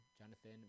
Jonathan